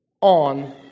on